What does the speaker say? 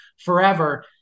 forever